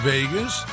Vegas